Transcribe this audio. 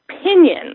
opinion